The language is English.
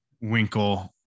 Winkle